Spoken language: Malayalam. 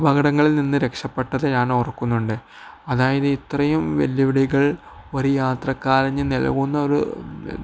അപകടങ്ങളിൽ നിന്ന് രക്ഷപ്പെട്ടത് ഞാൻ ഓർക്കുന്നുണ്ട് അതായത് ഇത്രയും വെല്ലുവിളികൾ ഒരു യാത്രക്കാരന് നൽകുന്ന ഒരു